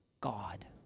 God